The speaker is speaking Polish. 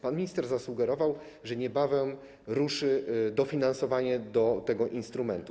Pan minister zasugerował, że niebawem ruszy dofinansowanie w ramach tego instrumentu.